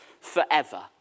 forever